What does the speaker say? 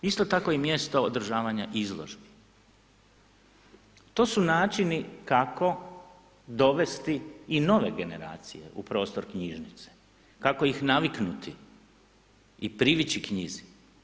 Isto tako i mjesto održavanja izložbe, to su načini kako dovesti i nove generacije u prostor knjižnica, kako ih naviknuti i privići knjizi.